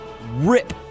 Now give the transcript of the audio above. rip